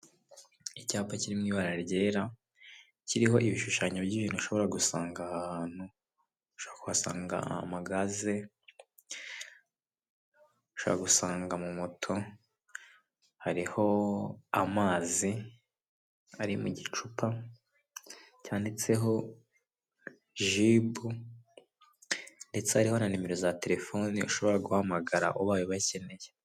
Ku Gishushu naho wahabona inzu wakwishyura amafaranga atari menshi nawe ukabasha kuyibamo, ni amadorari magana ane wishyura buri kwezi ni hafi ya raadibi.